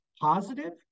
positive